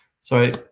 Sorry